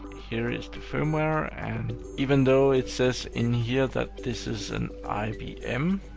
here is the firmware, and even though it says in here that this is an ibm,